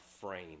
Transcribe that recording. frame